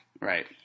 Right